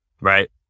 right